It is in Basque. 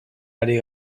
ari